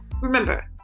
remember